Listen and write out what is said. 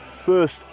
first